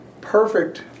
perfect